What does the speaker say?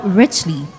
richly